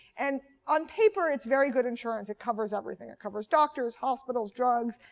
and on paper, it's very good insurance. it covers everything. it covers doctors, hospitals, drugs,